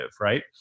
right